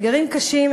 אתגרים קשים,